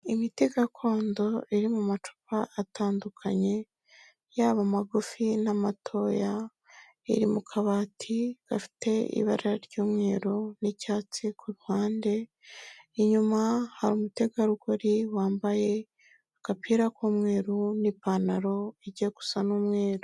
Imiti gakondo iri mu macupa atandukanye, yaba amagufi n'amatoya, iri mu kabati gafite ibara ry'umweru n'icyatsi ku ruhande, inyuma hari umutegarugori wambaye agapira k'umweru n'ipantaro ijya gusa n'umweru.